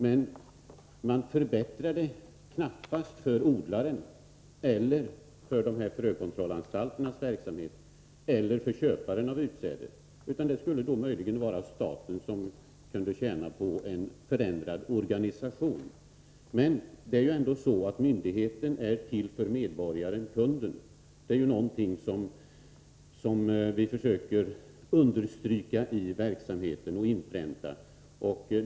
Men man förbättrar knappast för odlaren, för frökontrollanstalterna eller för köparen av utsädet. Det skulle möjligen vara staten som kunde tjäna på en förändrad organisation. Men myndigheten är ju ändå till för medborgarenkunden — det är någonting som vi försöker understryka och inpränta i verksamheten.